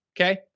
okay